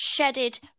shedded